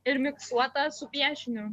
ir miksuota su piešiniu